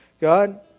God